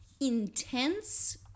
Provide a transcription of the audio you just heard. intense